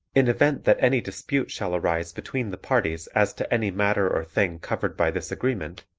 in event that any dispute shall arise between the parties as to any matter or thing covered by this agreement,